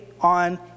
on